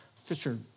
fisher